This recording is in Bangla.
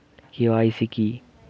কে.ওয়াই.সি কি?